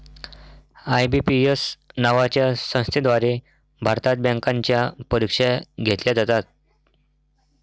IBPS नावाच्या संस्थेद्वारे भारतात बँकांच्या परीक्षा घेतल्या जातात